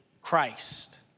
Christ